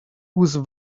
whose